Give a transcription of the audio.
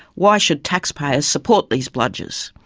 why should taxpayers support these bludgers?